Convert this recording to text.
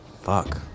Fuck